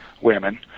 women